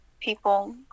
people